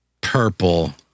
Purple